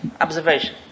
observation